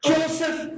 Joseph